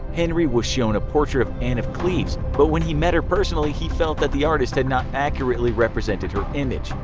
henry was shown a portrait of anne of cleves but when he met her personally, he felt that the artist did not accurately represent her image.